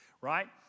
right